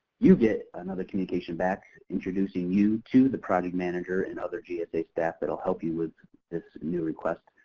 you get another communication back introducing you to the project manager and other gsa staff that will help you with this new request.